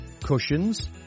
Cushions